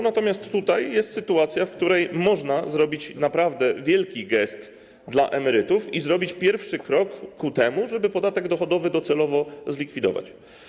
Natomiast tutaj jest sytuacja, w której można zrobić naprawdę wielki gest dla emerytów i zrobić pierwszy krok ku temu, żeby podatek dochodowy docelowo zlikwidować.